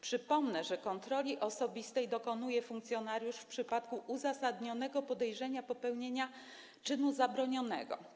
Przypomnę, że kontroli osobistej dokonuje funkcjonariusz w przypadku uzasadnionego podejrzenia popełnienia czynu zabronionego.